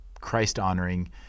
Christ-honoring